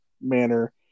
manner